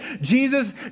Jesus